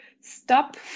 stop